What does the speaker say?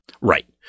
Right